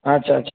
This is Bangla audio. আচ্ছা আচ্ছা